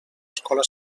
escola